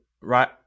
right